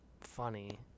funny